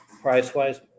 price-wise